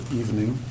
evening